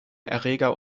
erreger